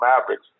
Mavericks